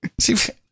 see